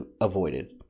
avoided